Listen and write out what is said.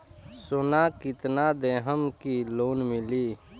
सोना कितना देहम की लोन मिली?